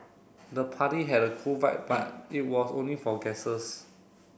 the party had a cool vibe but it was only for guests